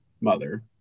mother